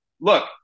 look